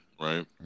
Right